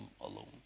alone